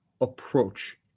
approach